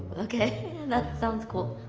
okay, and that sounds cool.